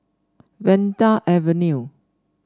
Vanda Avenue